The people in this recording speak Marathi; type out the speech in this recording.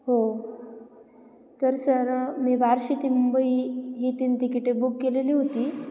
हो तर सर मी बार्शी ते मुंबई ही तीन तिकिटे बुक केलेली होती